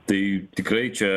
tai tikrai čia